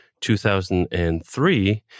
2003